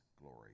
glory